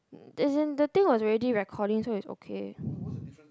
as in the thing was already recording so is okay